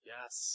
Yes